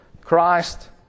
Christ